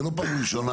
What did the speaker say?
זה לא פעם ראשונה,